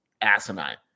asinine